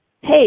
hey